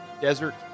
desert